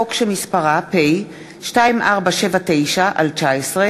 הנוכחי שמעון פרס מסיים את תפקידו באופן רשמי ב-27 ביולי שנה זו.